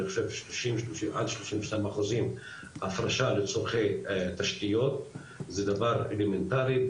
אני חושב עד 32% הפרשה לצורכי תשתיות זה דבר אלמנטרי,